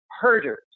herders